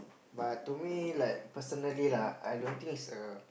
but to me like personally lah I don't think it's a